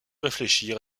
réfléchir